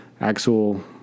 actual